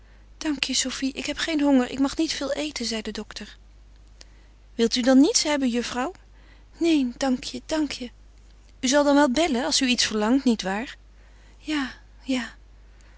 je sofie ik heb geen honger ik mag niet veel eten zei de dokter wilt u dan niets hebben juffrouw neen dank je dank je u zal dan wel bellen als u iets verlangt niet waar ja ja